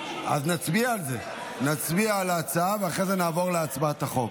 נצביע על ההצעה, ואחרי זה נעבור להצבעה על החוק.